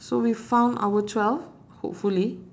so we found our twelve hopefully